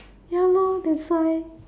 ya lor that's why